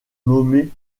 nommés